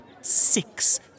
six